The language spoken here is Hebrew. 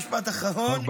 משפט אחרון,